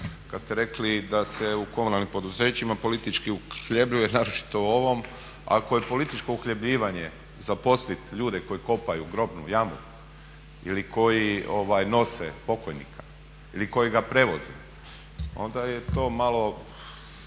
kad ste rekli da se u komunalnim poduzećima politički uhljebljuje, naročito u ovom. Ako je političko uhljebljivanje zaposliti ljude koji kopaju grobnu jamu ili koji nose pokojnika ili koji ga prevoze onda je to malo